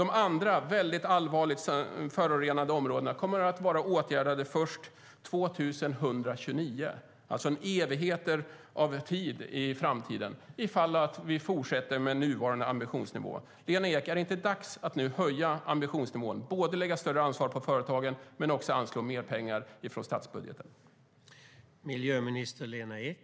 De andra väldigt allvarligt förorenade områdena kommer att vara åtgärdade först 2129. Det tar alltså evigheter ifall vi fortsätter med nuvarande ambitionsnivå. Är det inte dags att höja ambitionsnivån, lägga större ansvar på företagen och anslå mer pengar i statsbudgeten, Lena Ek?